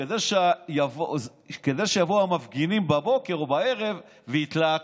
כדי שהמפגינים יבואו בבוקר או בערב ויתלהטו,